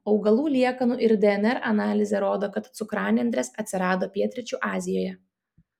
augalų liekanų ir dnr analizė rodo kad cukranendrės atsirado pietryčių azijoje